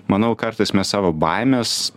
manau kartais mes savo baimes